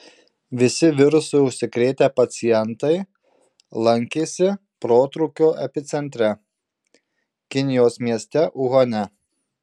visi virusu užsikrėtę pacientai lankėsi protrūkio epicentre kinijos mieste uhane